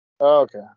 Okay